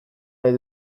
nahi